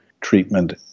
treatment